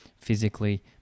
physically